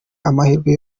amahirwe